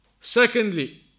Secondly